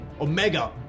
Omega